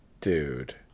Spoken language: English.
Dude